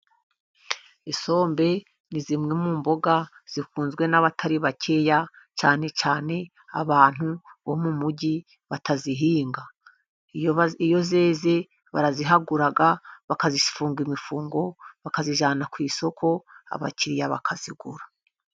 Isombe ni zimwe mu mboga zikunzwe n'abatari bakeya, cyane cyane abantu bo mu mujyi batazihinga. Iyo zeze barazihagura, bakazifunga imifungo, bakazijyana ku isoko, abakiriya bakazigura.